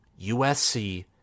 USC